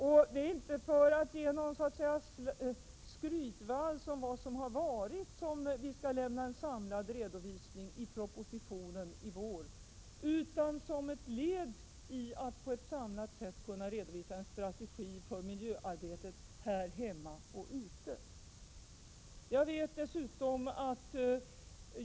Avsikten med att lämna en samlad redovisning i propositionen i vår är inte att vi så att säga skall komma med en skrytvals om vad som har gjorts, utan det är ett led i att komma med en samlad redovisning av strategin för miljöarbetet här hemma och utomlands.